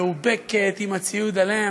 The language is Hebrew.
מאובקת, עם הציוד עליהם.